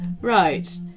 Right